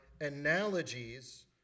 analogies